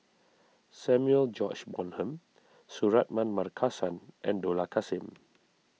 Samuel George Bonham Suratman Markasan and Dollah Kassim